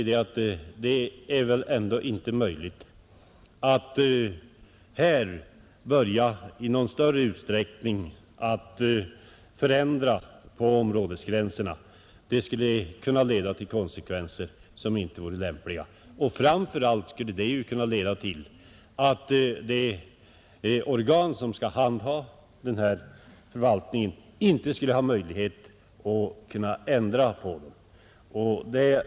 Det är väl ändå inte möjligt att här i någon större utsträckning ändra områdesgränserna; det skulle leda till konsekvenser som inte vore lämpliga. Framför allt skulle det ju kunna leda till att de organ som skall handha denna förvaltning inte skulle ha möjlighet att ändra.